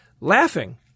laughing